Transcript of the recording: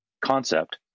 concept